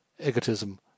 egotism